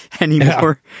anymore